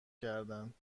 کردند